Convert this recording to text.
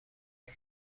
اگه